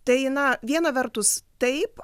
tai na viena vertus taip